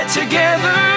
together